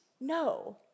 No